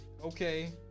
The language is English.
Okay